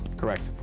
correct.